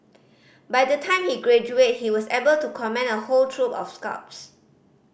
by the time he graduated he was able to command a whole troop of scouts